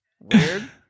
Weird